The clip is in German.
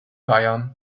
bayern